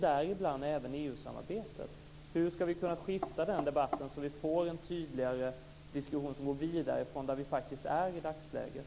Där kommer också EU-samarbetet in. Hur ska vi få diskussionen att bli tydligare och gå vidare från där vi är i dagsläget?